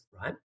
right